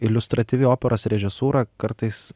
iliustratyvi operos režisūra kartais